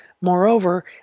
Moreover